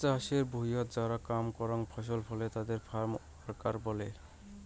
চাষের ভুঁইয়ত যারা কাম করাং ফসল ফলে তাদের ফার্ম ওয়ার্কার কহে